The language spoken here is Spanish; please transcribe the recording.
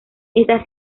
está